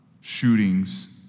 Shootings